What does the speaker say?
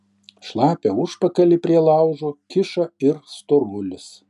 šlapią užpakalį prie laužo kiša ir storulis